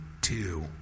two